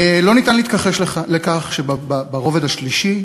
לא ניתן להתכחש לכך שברובד השלישי,